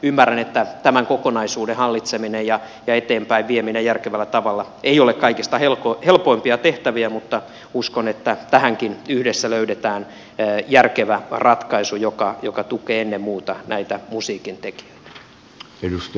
ymmärrän että tämän kokonaisuuden hallitseminen ja sen eteenpäinvieminen järkevällä tavalla eivät ole kaikista helpoimpia tehtäviä mutta uskon että tähänkin yhdessä löydetään järkevä ratkaisu joka tukee ennen muuta näitä musiikin tekijöitä